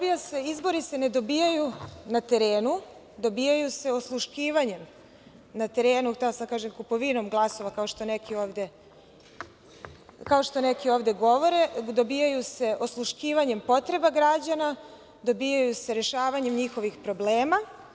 Izbori se ne dobijaju na terenu, dobijaju se osluškivanjem na terenu, htela sam da kažem kupovinom glasova, kao što neki ovde govore, dobijaju se osluškivanjem potreba građana, dobijaju se rešavanjem njihovih problema.